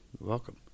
welcome